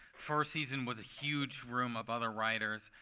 first season was a huge room of other writers.